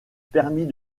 permis